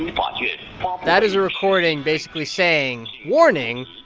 but yeah that is a recording basically saying warning,